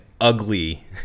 ugly